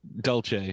Dulce